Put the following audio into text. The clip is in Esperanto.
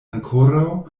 ankoraŭ